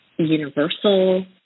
universal